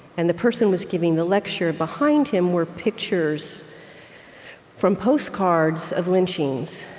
and the person was giving the lecture, behind him were pictures from postcards of lynchings.